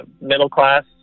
middle-class